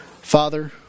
Father